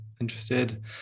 interested